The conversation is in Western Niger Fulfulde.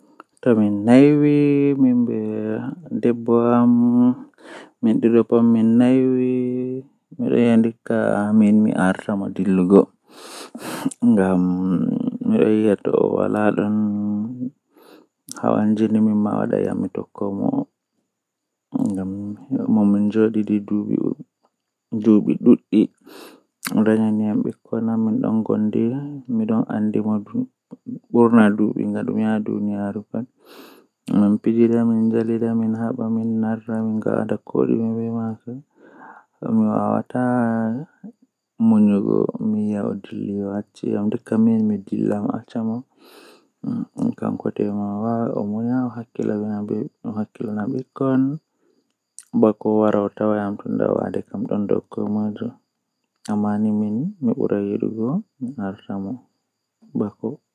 Nikkinami mi jaba ceede dow awaddina am saahu feere ngam ceede do to awaddani am mi wawan mi naftira be ceede man mi sooda ko mi mari haaje malla mi sooda ko ayidi waddungo am man amma do awaddani am hunde feere doole mi naftira be man ko miyidi ko mi yida